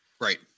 Right